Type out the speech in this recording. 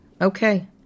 okay